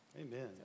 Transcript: Amen